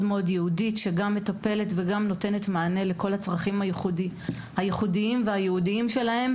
ייעודית שגם מטפלת וגם נותנת מענה לכל הצרכים הייחודיים והייעודיים שלהם.